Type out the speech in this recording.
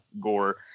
gore